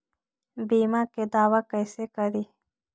बीमा के दावा कैसे करी?